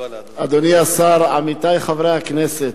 אדוני השר, עמיתי חברי הכנסת,